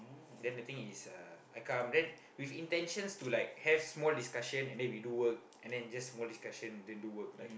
then the thing is uh I come then with intentions to like have small discussion and then we do work and then just more discussions then do work like